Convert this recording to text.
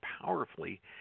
powerfully